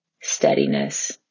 Steadiness